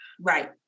Right